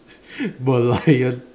Merlion